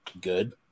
good